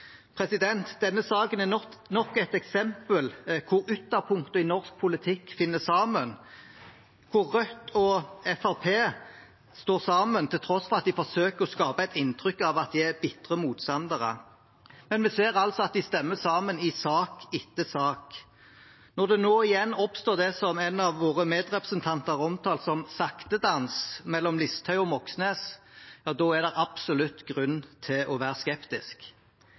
Denne saken er nok et eksempel på når ytterpunktene i norsk politikk finner sammen. Rødt og Fremskrittspartiet står sammen, til tross for at de forsøker å skape et inntrykk av at de er bitre motstandere. Men vi ser altså at de stemmer sammen i sak etter sak. Når det nå igjen oppstår det som en av våre medrepresentanter har omtalt som saktedans mellom Listhaug og Moxnes, da er det absolutt grunn til å være skeptisk.